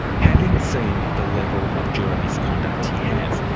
having seen the level of juror misconduct he has,